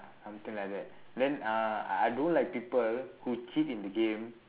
something like that then uh I I don't like people who cheat in the game